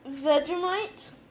Vegemite